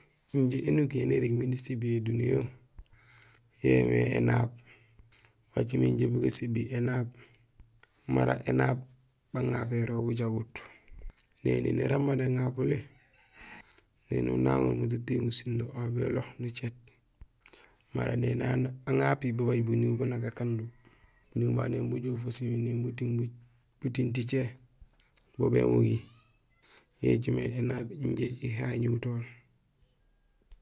Injé énukuréén yaan irégmé nisébiyé duniyee yo yoomé énaab. Wacimé injé bu gasébi énaab, mara énaab baŋapérol bujagut; néni néramba néŋapuli, éni unaŋoor mat utiŋul sundo aw bélo nucéét. Mara nang aŋapi babaaj buniiw ban ank akando, buniiw babu néni bujoow fusimi butiiŋ ticé bo bémugi; yo écimé énaab injé ihagihutol.